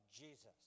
Jesus